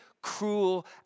cruel